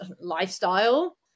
lifestyle